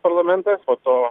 parlamentas po to